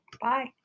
Bye